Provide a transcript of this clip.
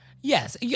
Yes